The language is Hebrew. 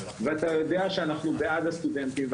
ואתה יודע שאנחנו בעד הסטודנטים,